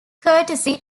courtesy